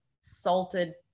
salted